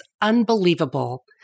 unbelievable